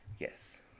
yes